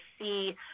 see